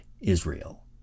Israel